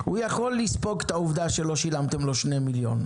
הוא יכול לספוג את העובדה שלא שילמתם לו 2 מיליון,